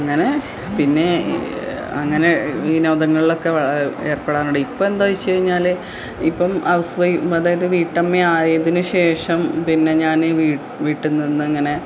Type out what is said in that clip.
അങ്ങനെ പിന്നെ അങ്ങനെ വിനോദങ്ങളിലൊക്കെ ഏർപ്പെടാറുണ്ട് ഇപ്പോള് എന്തയിച്ച് കഴിഞ്ഞാല് ഇപ്പോള് ഔസ് വൈ അതായത് വീട്ടമ്മ ആയതിന് ശേഷം പിന്നെ ഞാനീ വീട്ടില്നിന്ന് അങ്ങനെ